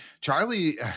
Charlie